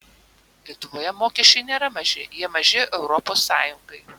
lietuvoje mokesčiai nėra maži jie maži europos sąjungai